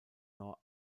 nor